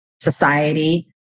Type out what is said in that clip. society